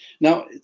now